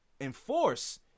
enforce